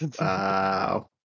Wow